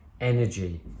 energy